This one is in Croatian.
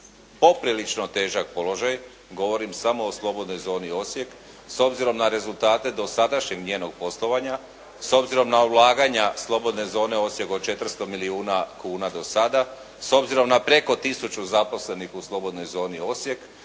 poprilično težak položaj. Govorim samo o slobodnoj zoni Osijek s obzirom na rezultate dosadašnjeg njenog poslovanja, s obzirom na ulaganja slobodne zone Osijek od 400 milijuna kuna do sada, s obzirom na preko 1000 zaposlenih u slobodnoj zoni Osijek,